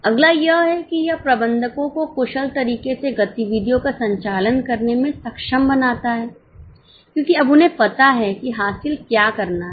अगला यह है कि यह प्रबंधकों को कुशल तरीके से गतिविधियों का संचालन करने में सक्षम बनाता है क्योंकि अब उन्हें पता है कि हासिल क्या करना है